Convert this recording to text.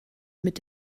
mit